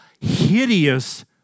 hideous